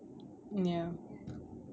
mm ya